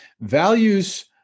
Values